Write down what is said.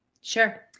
Sure